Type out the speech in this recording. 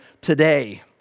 today